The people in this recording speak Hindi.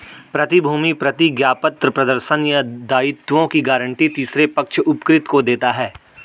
प्रतिभूति प्रतिज्ञापत्र प्रदर्शन या दायित्वों की गारंटी तीसरे पक्ष उपकृत को देता है